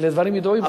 אלה דברים ידועים.